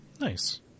Nice